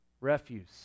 refuse